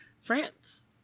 France